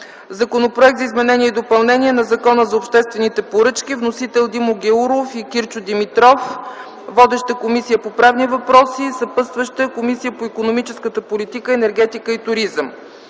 Законопроект за изменение и допълнение на Закона за обществените поръчки. Вносители са Димо Гяуров и Кирчо Димитров. Водеща е Комисията по правни въпроси. Съпътстваща е Комисията по икономическата политика, енергетика и туризъм.